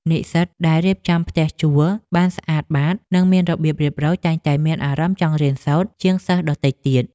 និស្សិតដែលរៀបចំផ្ទះជួលបានស្អាតបាតនិងមានរបៀបរៀបរយតែងតែមានអារម្មណ៍ចង់រៀនសូត្រជាងសិស្សដទៃទៀត។